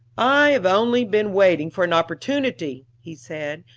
i have only been waiting for an opportunity, he said,